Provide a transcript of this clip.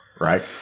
Right